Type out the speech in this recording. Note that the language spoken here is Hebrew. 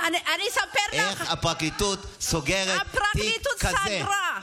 אני אספר לך, אבל איך הפרקליטות סוגרת תיק כזה?